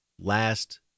last